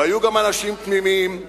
והיו גם אנשים תמימים,